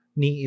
ni